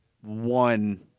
one